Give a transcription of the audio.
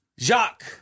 Jacques